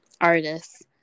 artists